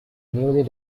newly